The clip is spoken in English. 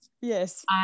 Yes